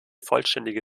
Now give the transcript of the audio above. vollständige